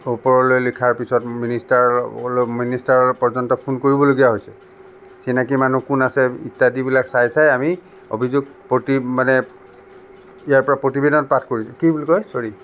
ওপৰলৈ লিখাৰ পিছত মিনিষ্টাৰ মিনিষ্টাৰ পৰ্যন্ত ফোন কৰিবলগীয়া হৈছে চিনাকি মানুহ কোন আছে ইত্যাদিবিলাক চাই চাই আমি অভিযোগ প্ৰতি মানে ইয়াৰপৰা প্ৰতিবেদন পাঠ কৰিছোঁ কি বুলি কয় চ'ৰী